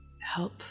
help